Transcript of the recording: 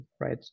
right